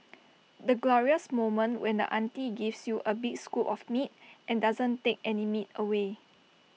the glorious moment when the auntie gives you A big scoop of meat and doesn't take any meat away